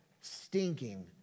stinking